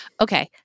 Okay